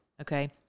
okay